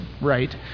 right